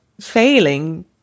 failing